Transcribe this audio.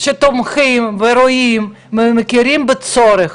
שתומכים ורואים ומכירים בצורך,